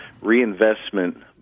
reinvestment